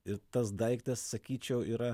ir tas daiktas sakyčiau yra